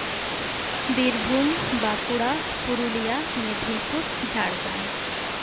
Birbhum Bankura Purulia Medinipur Jhargram